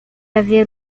haver